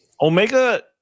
Omega